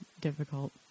difficult